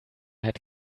had